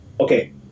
Okay